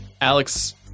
Alex